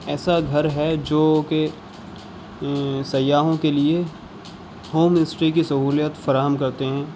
ایسا گھر ہے جو کہ سیاحوں کے لیے ہوم اسٹے کی سہولیت فراہم کرتے ہیں